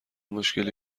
مشکلی